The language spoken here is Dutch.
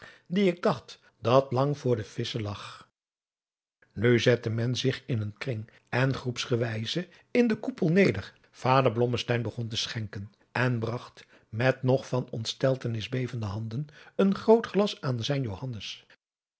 die ik dacht dat lang voor de visschen lag nu zette men zich in een kring en groepsgewijze in den koepel neder vader blommesteyn begon te schenken en bragt met nog van ontsteltenis bevende handen een groot glas aan zijn